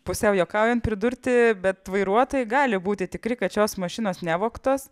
pusiau juokaujant pridurti bet vairuotojai gali būti tikri kad šios mašinos nevogtos